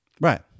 Right